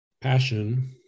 Passion